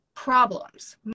Problems